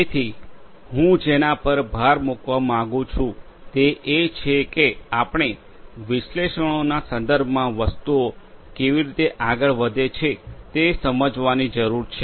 તેથી હું જેના પર પર ભાર મૂકવા માંગું છું તે એ છે કે આપણે વિશ્લેષણોના સંદર્ભમાં વસ્તુઓ કેવી રીતે આગળ વધે છે તે સમજવાની જરૂર છે